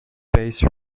base